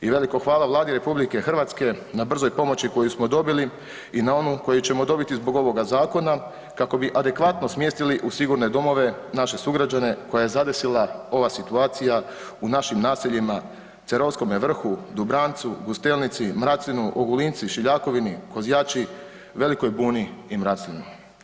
I veliko hvala Vladi RH na brzoj pomoći koju smo dobili i na onu koju ćemo dobiti zbog ovoga zakona kako bi adekvatno smjestili u sigurne domove naše sugrađane koje je zadesila ova situacija u našim naseljima Cerovskome Vrhu, Dubrancu, Gustelnici, Mraclinu, Ogulinci, Šiljakovini, Kozjači, Velikoj Buni i Mraclinu.